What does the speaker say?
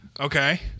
Okay